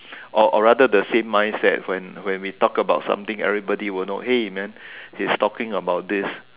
or or rather the same mindset when when we talk about something everybody will know then hey man he's talking about this